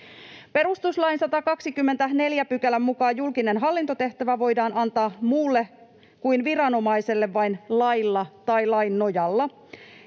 Perustuslain 124 §:n mukaan julkinen hallintotehtävä voidaan antaa muulle kuin viranomaiselle vain lailla tai lain nojalla,